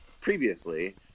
previously